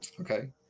Okay